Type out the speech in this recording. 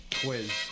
quiz